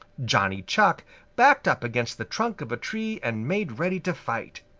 johnny chuck backed up against the trunk of a tree and made ready to fight.